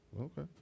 Okay